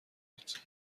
بود